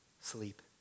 sleep